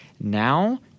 Now